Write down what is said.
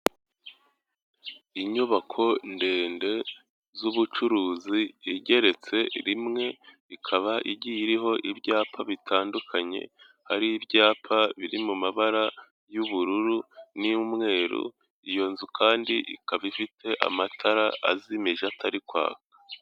Inyubako ndende z'ubucuruzi igeretse rimwe, ikaba igiye iriho ibyapa bitandukanye, hariho ibyapa biri mu mabara y'ubururu n'iy'umweru, iyo nzu kandi ikaba ifite amatara azimije atari kwaka.